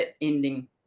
ending